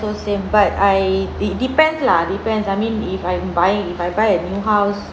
also same but I it depends lah depends I mean if I'm buying if I buy a new house